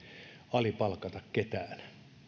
alipalkata ketään